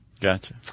Gotcha